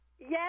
Yes